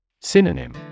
Synonym